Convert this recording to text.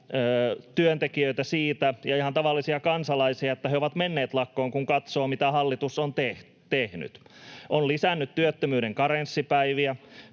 työntekijöitä ja ihan tavallisia kansalaisia siitä, että he ovat menneet lakkoon, kun katsoo, mitä hallitus on tehnyt: on lisännyt työttömyyden karenssipäiviä,